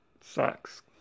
Sucks